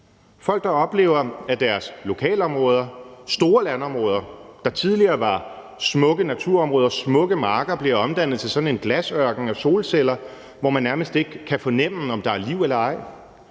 folk, der oplever, at deres lokalområder, store landområder, der tidligere var smukke naturområder og smukke marker, bliver omdannet til en glasørken af solceller, hvor man nærmest ikke kan fornemme om der er liv eller ej.